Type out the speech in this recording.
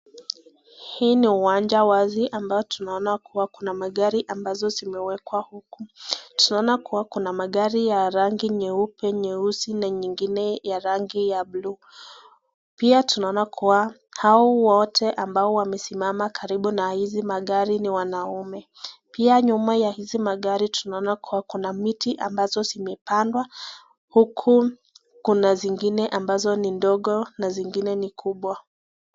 Huu ni uwanja wazi ambao tunaona kuwa kuna magari ambayo yamewekwa huku. Tunaona kuwa kuna magari ya rangi nyeupe, nyeusi na nyingine ya rangi ya (cs)blue(cs). Pia tunaona kuwa waliosimama Kando ya magari hayo wote Ni wanaume . Nyumba ya magari kuna miti iliyopandwa miingine ikiwa ndogo na miingine kubwa.